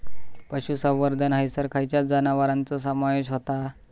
पशुसंवर्धन हैसर खैयच्या जनावरांचो समावेश व्हता?